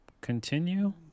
continue